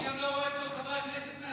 אני גם לא רואה את כל חברי הכנסת מהשמאל,